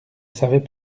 savait